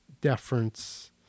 deference